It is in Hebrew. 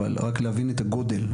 אבל רק להבין את הגודל,